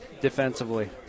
defensively